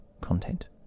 content